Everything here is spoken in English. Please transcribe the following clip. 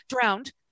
drowned